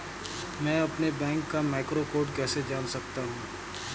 मैं अपने बैंक का मैक्रो कोड कैसे जान सकता हूँ?